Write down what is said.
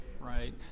Right